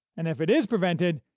and if it is prevented,